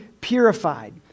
purified